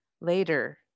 later